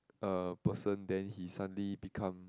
uh person then he suddenly become